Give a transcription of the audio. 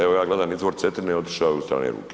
Evo ja gledam izvor Cetine otišao je u strane ruke.